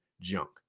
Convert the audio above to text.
junk